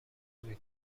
نمی